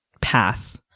path